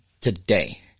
today